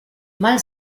mal